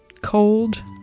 Cold